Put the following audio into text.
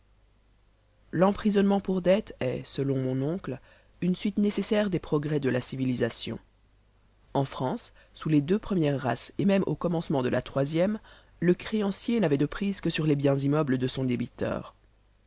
l'emprisonnement pour dettes est selon mon oncle une suite nécessaire des progrès de la civilisation en france sous les deux premières races et même au commencement de la troisième le créancier n'avait de prise que sur les biens immeubles de son débiteur